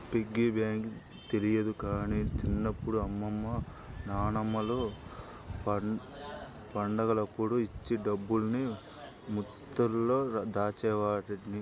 piggy bank తెలియదు గానీ చిన్నప్పుడు అమ్మమ్మ నాన్నమ్మలు పండగలప్పుడు ఇచ్చిన డబ్బుల్ని ముంతలో దాచేవాడ్ని